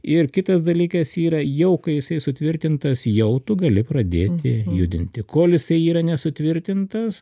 ir kitas dalykas yra jau kai jisai sutvirtintas jau tu gali pradėti judinti kol jisai yra nesutvirtintas